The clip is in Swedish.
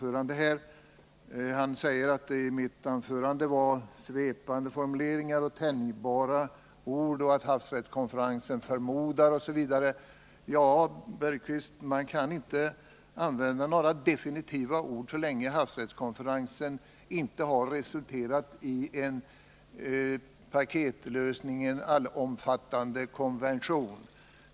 Jan Bergqvist säger att mitt anförande innehöll svepande formuleringar och tänjbara ord — havsrättskonferensen ”förmodar”, osv. Ja, Jan Bergqvist, man kan inte använda bestämda ord så länge havsrättskonferensen inte resulterat i en paketlösning eller en allomfattande konvention.